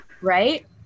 right